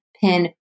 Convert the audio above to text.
pin